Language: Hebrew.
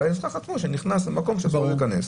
זה האזרח עצמו שנכנס למקום אליו אסור לו להיכנס.